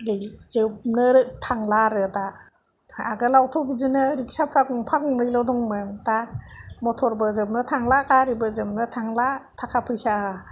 जोबनो थांला आरो दा आगोलावथ' बिदिनो रिखसा फ्रा गंफा गंनैल' दंमोन दा मथरबो जोबनो थांला गारिबो जोबनो थांला थाखा फैसा